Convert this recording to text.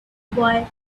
boy